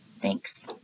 Thanks